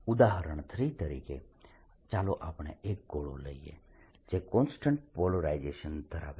ઉદાહરણ 3 તરીકે ચાલો આપણે એક ગોળો લઈએ જે કોન્સ્ટન્ટ પોલરાઇઝેશન ધરાવે છે